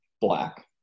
Black